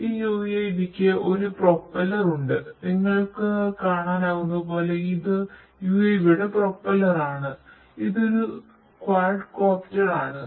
ഈ യുഎവിക്ക് ഒരു പ്രൊപ്പല്ലർ ഉണ്ട് നിങ്ങൾക്ക് കാണാനാകുന്നതുപോലെ ഇത് യുഎവിയുടെ പ്രൊപ്പല്ലറാണ് ഇതൊരു ക്വാഡ്കോപ്റ്റർ ആണ്